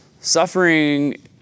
Suffering